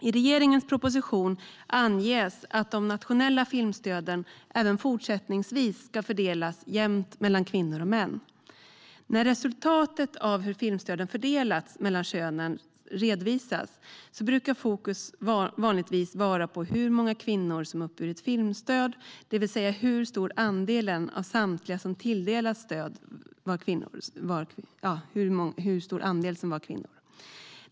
I regeringens proposition anges att de nationella filmstöden även fortsättningsvis ska fördelas jämnt mellan kvinnor och män. När resultatet av hur filmstöden fördelats mellan könen redovisas brukar fokus vanligtvis ligga på hur många kvinnor som uppburit filmstöd, det vill säga hur stor andel av samtliga som tilldelats stöd som är kvinnor.